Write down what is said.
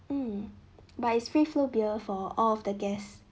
mm but it's free flow beer for all of the guests